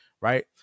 right